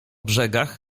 brzegach